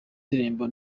ndirimbo